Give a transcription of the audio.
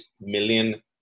million